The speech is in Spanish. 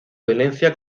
violencia